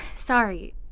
Sorry